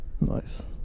Nice